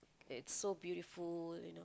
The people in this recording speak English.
it's so beautiful you know